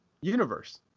universe